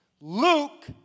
Luke